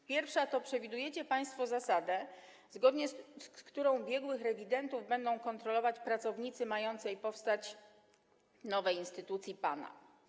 Po pierwsze, przewidujecie państwo zasadę, zgodnie z którą biegłych rewidentów będą kontrolować pracownicy mającej powstać nowej instytucji - PANA.